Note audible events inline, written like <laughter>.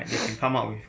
<noise>